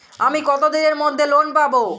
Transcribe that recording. আমি কতদিনের মধ্যে লোন পাব?